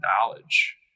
knowledge